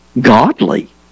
godly